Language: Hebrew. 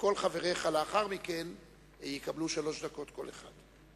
וכל חבריך לאחר מכן יקבלו שלוש דקות כל אחד.